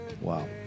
Wow